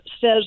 says